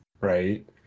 Right